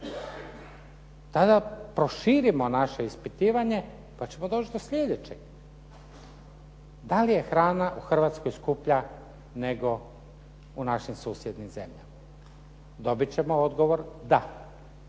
Tada proširimo naše ispitivanje, pa ćemo doći do sljedećeg. Da li je hrana u Hrvatskoj skuplja nego u našim susjednim zemljama? Dobit ćemo odgovor da.